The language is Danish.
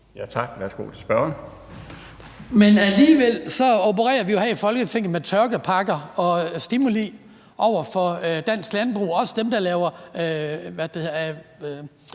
Kristian Skibby (DD): Men alligevel opererer vi jo her i Folketinget med tørkepakker og stimuli til dansk landbrug, også dem, der laver